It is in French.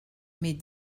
mais